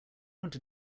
want